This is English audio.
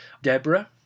Deborah